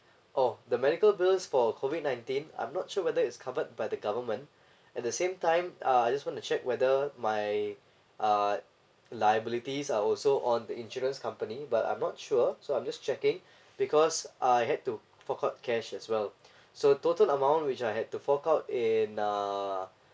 oh the medical bills for COVID nineteen I'm not sure whether it's covered by the government at the same time uh I just want to check whether my uh liabilities are also on the insurance company but I'm not sure so I'm just checking because I had to fork out cash as well so total amount which I had to fork out in uh